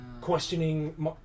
questioning